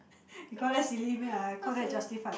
you call that silly meh I call that justified